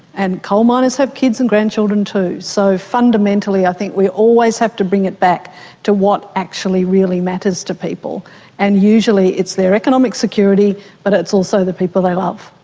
and coalminers have kids and grandchildren too. so fundamentally i think we always have to bring it back to what actually really matters to people, and usually it's their economic security but it's also the people they love,